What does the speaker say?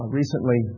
recently